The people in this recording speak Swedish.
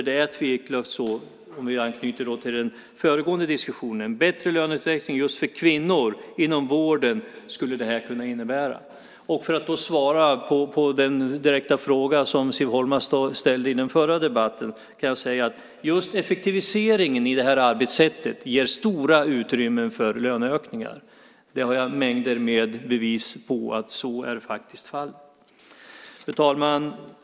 Det är tveklöst så, om vi anknyter till den föregående diskussionen, att det här skulle kunna innebära en bättre löneutveckling just för kvinnor inom vården. För att svara på den direkta fråga som Siv Holma ställde i förra debatten kan jag säga att just effektiviseringen i det här arbetssättet ger stora utrymmen för löneökningar. Jag har mängder med bevis på att så faktiskt är fallet. Fru talman!